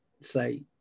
say